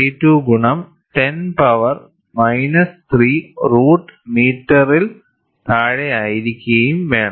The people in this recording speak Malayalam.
32 ഗുണം 10 പവർ മൈനസ് 3 റൂട്ട് മീറ്റർറിൽ താഴെയായിരിക്കയും വേണം